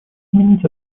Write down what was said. изменить